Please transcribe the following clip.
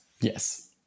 Yes